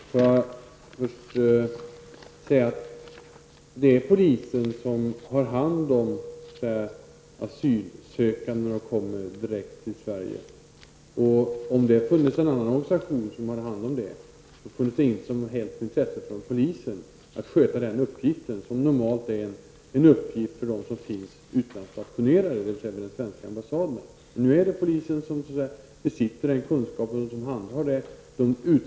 Fru talman! Får jag först säga att det är polisen som har hand om asylsökande som kommer direkt till Sverige. Hade en annan organisation hand om saken, funnes det inget som helst intresse för polisen att sköta den uppgiften, som normalt är en uppgift för utlandsstationerade, dvs. för de personer som arbetar vid de svenska ambassaderna. Nu är det polisen som besitter kunskap och handhar denna sak.